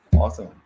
Awesome